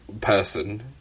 person